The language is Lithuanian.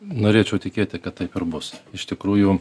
norėčiau tikėti kad taip ir bus iš tikrųjų